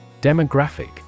Demographic